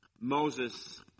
Moses